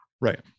Right